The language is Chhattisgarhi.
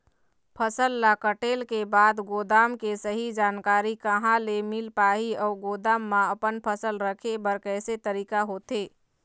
फसल ला कटेल के बाद गोदाम के सही जानकारी कहा ले मील पाही अउ गोदाम मा अपन फसल रखे बर कैसे तरीका होथे?